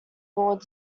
board